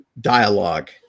dialogue